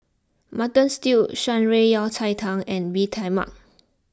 Mutton Stew Shan Rui Yao Cai Tang and Bee Tai Mak